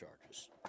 charges